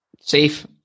Safe